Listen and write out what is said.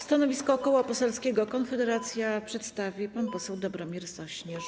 Stanowisko Koła Poselskiego Konfederacja przedstawi pan poseł Dobromir Sośnierz.